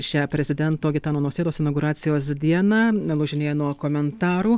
šią prezidento gitano nausėdos inauguracijos dieną lūžinėja nuo komentarų